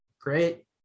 Great